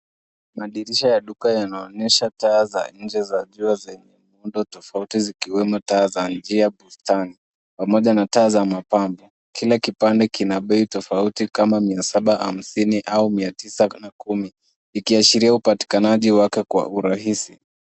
Madirisha ya duka yanaonyesha taa za nje za jua zenye muundo tofauti ikiwemo taa za njia na bustani pamoja na taa za mapambo. Kila kipande kina bei tofauti kama mia saba hamsini au mia tisa na kumi ikiashiria upatikanaji wake kwa urahisi.